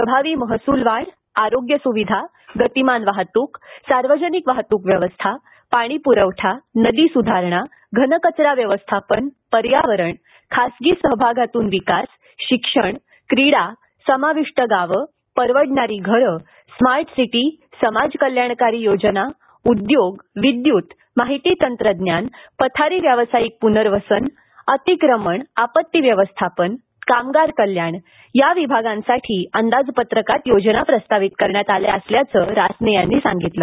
प्रभावी महसूल वाढ आरोग्य सुविधा गतिमान वाहतूक सार्वजनिक वाहतूक व्यवस्था पाणीपुरवठा नदी सुधारणा घनकचरा व्यवस्थापन पर्यावरण खासगी सहभागातून विकास शिक्षण क्रीडा समाविष्ट गावं परवडणारी घरं स्मार्ट सिटी समाजकल्याणकारी योजना उद्योग विद्युत माहिती तंत्रज्ञान पथारी व्यावसायिक पुनर्वसन अतिक्रमण आपत्ती व्यवस्थापन कामगार कल्याण या विभागांसाठी अंदाजपत्रकात योजना प्रस्तावित करण्यात आल्या असल्याचं रासने यांनी सांगितलं